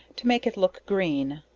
to make it look green,